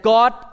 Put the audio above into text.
God